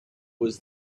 was